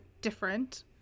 different